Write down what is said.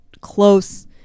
close